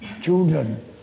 children